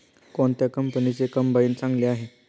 कोणत्या कंपनीचे कंबाईन चांगले आहे?